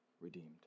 redeemed